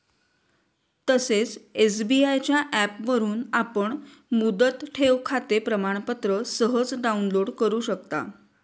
तसेच एस.बी.आय च्या ऍपवरून आपण मुदत ठेवखाते प्रमाणपत्र सहज डाउनलोड करु शकता